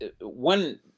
One